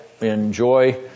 enjoy